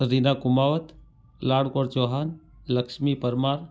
Ajina Kumawat Lad Kunwar Chauhan Laxmi Parmar